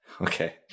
Okay